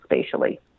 spatially